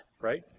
right